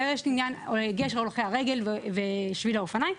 זה לעניין הגשר להולכי הרגל ושביל האופניים,